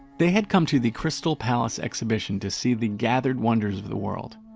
they had come to the crystal palace exhibition to see the gathered wonders of the world.